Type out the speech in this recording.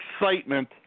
excitement